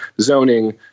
zoning